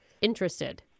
interested